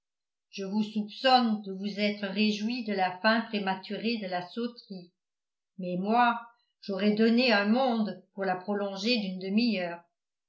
je vous soupçonne de vous être réjouie de la fin prématurée de la sauterie mais moi j'aurais donné un monde pour la prolonger d'une demi-heure